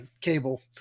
cable